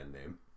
name